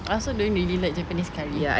I also don't really like japanese curry